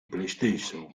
playstation